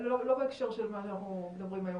לא בהקשר של מה שאנחנו מדברים היום,